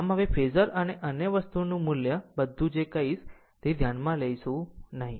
આમ ફેઝર અને અન્ય વસ્તુની મુલ્ય બધું જે હું કહીશ તેથી ધ્યાનમાં લઈશું નહીં